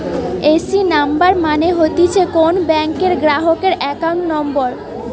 AC number মানে হতিছে কোন ব্যাংকের গ্রাহকের একাউন্ট নম্বর